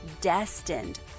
destined